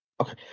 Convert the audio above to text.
Okay